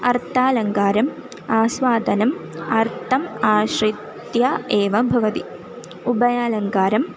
अर्थालङ्कारम् आस्वादनम् अर्थम् आश्रित्य एव भवति उभयालङ्कारम्